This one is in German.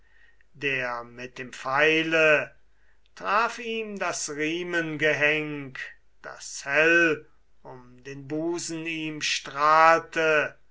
der mit dem pfeile traf ihm das riemengehenk das hell um den busen ihm strahlte